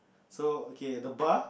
so okay the bar